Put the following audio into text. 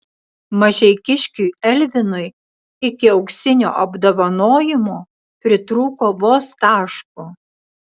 mažeikiškiui elvinui iki auksinio apdovanojimo pritrūko vos taško